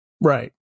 Right